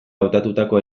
hautatutako